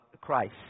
Christ